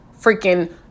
freaking